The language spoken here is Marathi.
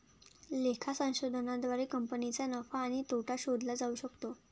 लेखा संशोधनाद्वारे कंपनीचा नफा आणि तोटा शोधला जाऊ शकतो